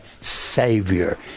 Savior